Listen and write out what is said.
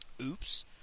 Oops